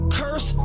curse